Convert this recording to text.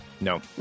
No